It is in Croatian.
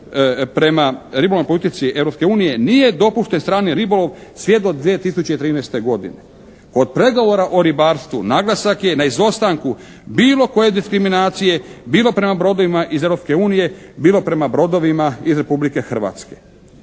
prema ribolovnoj politici Europske unije nije dopušten strani ribolov sve do 2013. godine. Od pregovora o ribarstvu naglasak je na izostanku bilo koje diskriminacije, bilo prema brodovima iz Europske unije, bilo prema brodovima iz Republike Hrvatske.